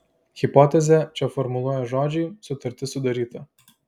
hipotezę čia formuluoja žodžiai sutartis sudaryta